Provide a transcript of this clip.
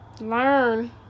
learn